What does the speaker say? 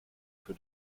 für